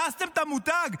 הרסתם את המותג,